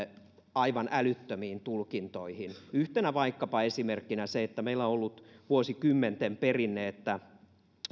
aivan älyttömiin tulkintoihin yhtenä esimerkkinä vaikkapa se että meillä on ollut vuosikymmenten perinne että